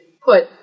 put